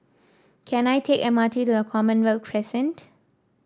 can I take M R T to Commonwealth Crescent